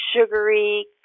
sugary